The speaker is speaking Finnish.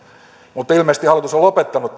mutta ilmeisesti hallitus on lopettanut